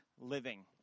living